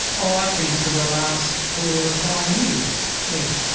oh i think for the last four or five years, yeah.